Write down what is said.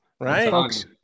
Right